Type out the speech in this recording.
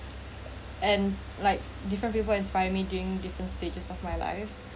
and like different people inspire during different stages of my life